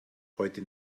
heute